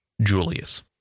Julius